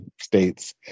states